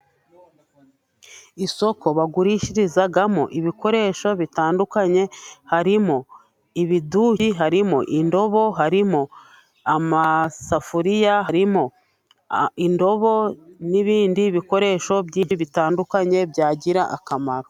Isoko bagurishirizamo ibikoresho bitandukanye: Harimo ibiduki, harimo indobo, harimo amasafuriya, harimo indobo, n'ibindi bikoresho byinshi bitandukanye byagira akamaro.